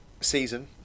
season